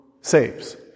saves